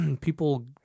people